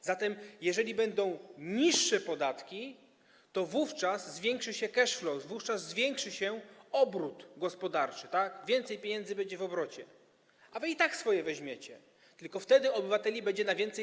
A zatem jeżeli będą niższe podatki, to wówczas zwiększy się cash flow, wówczas zwiększy się obrót gospodarczy, więcej pieniędzy będzie w obrocie, a wy i tak swoje weźmiecie, tyle że wtedy obywateli będzie stać na więcej.